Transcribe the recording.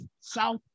South